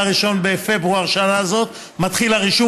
מ-1 בפברואר שנה זאת מתחיל הרישום,